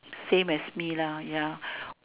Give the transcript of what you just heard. same as me lah ya